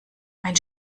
ein